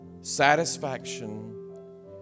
satisfaction